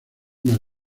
más